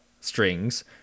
strings